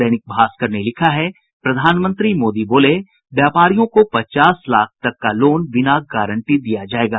दैनिक भास्कर ने लिखा है प्रधानमंत्री मोदी बोले व्यापारियों को पचास लाख तक का लोन बिना गारंटी दिया जायेगा